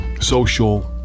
social